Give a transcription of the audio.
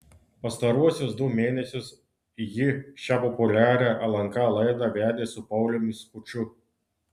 pastaruosius du mėnesius ji šią populiarią lnk laidą vedė su pauliumi skuču